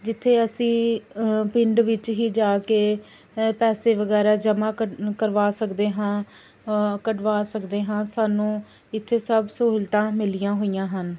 ਜਿੱਥੇ ਅਸੀਂ ਪਿੰਡ ਵਿੱਚ ਹੀ ਜਾ ਕੇ ਪੈਸੇ ਵਗੈਰਾ ਜਮ੍ਹਾਂ ਕਢ ਕਰਵਾ ਸਕਦੇ ਹਾਂ ਕਢਵਾ ਸਕਦੇ ਹਾਂ ਸਾਨੂੰ ਇੱਥੇ ਸਭ ਸਹੂਲਤਾਂ ਮਿਲੀਆਂ ਹੋਈਆਂ ਹਨ